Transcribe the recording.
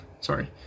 sorry